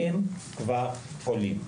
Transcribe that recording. הם כבר חולים.